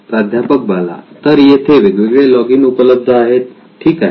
प्राध्यापक बाला तर येथे वेगवेगळे लॉगिन उपलब्ध आहेत ठीक आहे